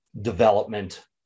development